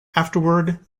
afterward